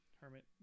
Hermit